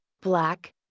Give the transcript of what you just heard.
black